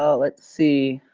ah let's see.